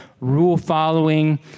rule-following